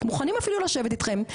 מוכנים אפילו לשבת אתכם,